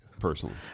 personally